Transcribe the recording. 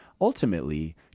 ultimately